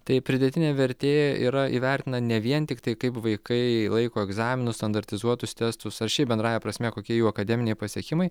tai pridėtinė vertė yra įvertina ne vien tiktai kaip vaikai laiko egzaminus standartizuotus testus ar šiaip bendrąja prasme kokie jų akademiniai pasiekimai